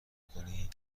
کنی